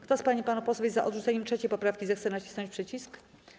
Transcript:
Kto z pań i panów posłów jest za odrzuceniem 3. poprawki, zechce nacisnąć przycisk.